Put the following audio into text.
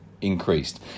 increased